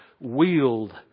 wield